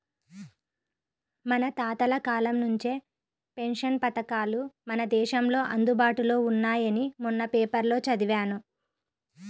మన తాతల కాలం నుంచే పెన్షన్ పథకాలు మన దేశంలో అందుబాటులో ఉన్నాయని మొన్న పేపర్లో చదివాను